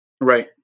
Right